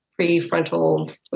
prefrontal